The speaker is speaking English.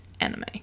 anime